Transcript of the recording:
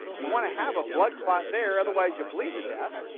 you want to have a blood clot there. otherwise you bleed to death,